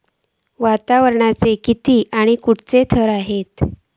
वातावरणाचे किती आणि खैयचे थर आसत?